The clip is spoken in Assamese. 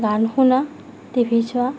গান শুনা টিভি চোৱা